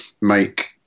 make